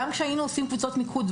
גם כשהיינו עושים קבוצות מיקוד,